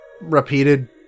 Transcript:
repeated